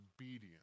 obedience